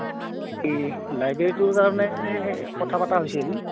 লাইব্ৰেৰীটোৰ কাৰণে কথা পতা হৈছিল